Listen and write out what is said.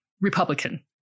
Republican